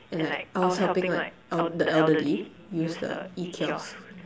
and like I was helping like the elderly use the E-kiosks